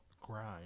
Grind